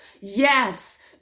Yes